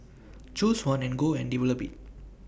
choose one and go and develop IT